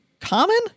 common